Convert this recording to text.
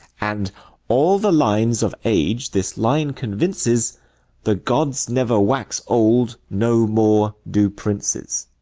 and all the lines of age this line convinces the gods never wax old, no more do princes.